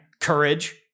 courage